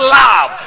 love